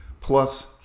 plus